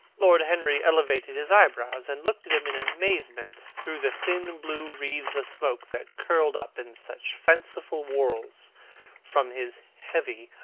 lord henry elevated his eyebrows and looked at him in amazement through the thin blue wreaths of smoke that curled up in such fanciful whorls from his heavy,